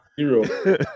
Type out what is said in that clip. Zero